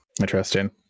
interesting